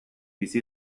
bizi